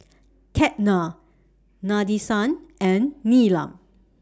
Ketna Nadesan and Neelam